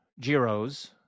Giros